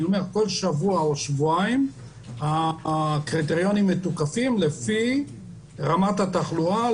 כל שבוע או שבועיים הקריטריונים מתוקפים לפי רמת התחלואה,